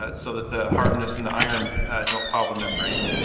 ah so that the hardness and the iron don't foul the membrane,